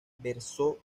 versó